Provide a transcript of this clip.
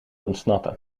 ontsnappen